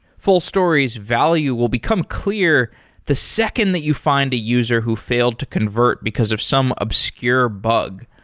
fullstory's value will become clear the second that you find a user who failed to convert because of some obscure bug.